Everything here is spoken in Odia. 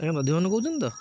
ଆଜ୍ଞା ଦଧିବାମନ କହୁଛନ୍ତି ତ